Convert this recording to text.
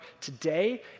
today